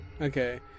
Okay